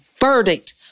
verdict